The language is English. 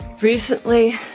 Recently